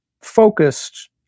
focused